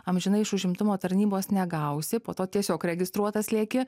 amžinai iš užimtumo tarnybos negausi po to tiesiog registruotas lieki